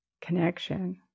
connection